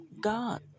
God